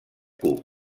cook